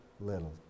little